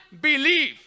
believe